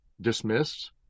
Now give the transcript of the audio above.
dismissed